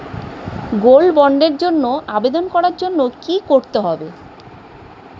Gold বন্ডের জন্য আবেদন করার জন্য কি করতে হবে?